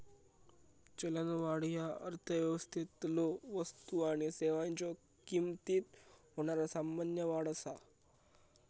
चलनवाढ ह्या अर्थव्यवस्थेतलो वस्तू आणि सेवांच्यो किमतीत होणारा सामान्य वाढ असा